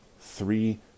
three